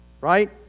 right